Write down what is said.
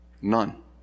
None